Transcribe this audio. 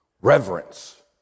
Reverence